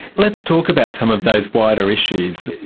let's talk about some of those wider issues.